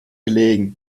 gelegen